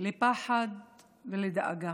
לפחד ולדאגה.